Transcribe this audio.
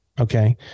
okay